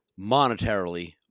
monetarily